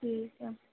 ਠੀਕ ਹੈ